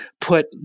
put